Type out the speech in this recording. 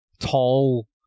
tall